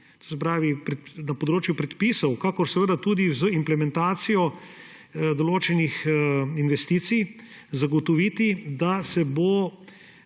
to se pravi na področju predpisov, kakor tudi z implementacijo določenih investicij zagotoviti, da se bo